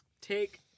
Take